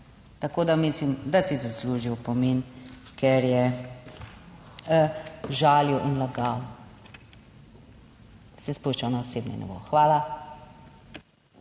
Tako da mislim, da si zasluži opomin, ker je žalil in lagal, se spuščal na osebni nivo. Hvala.